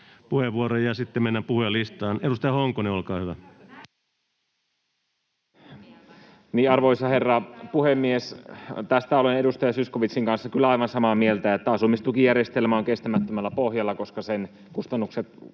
vp) täydentämisestä Time: 12:44 Content: Arvoisa herra puhemies! Tästä olen edustaja Zyskowiczin kanssa kyllä aivan samaa mieltä, että asumistukijärjestelmä on kestämättömällä pohjalla, koska sen kustannukset